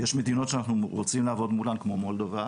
יש מדינות שאנחנו רוצים לעבוד מולן כמו מולדובה.